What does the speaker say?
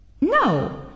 No